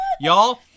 y'all